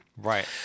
Right